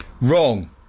wrong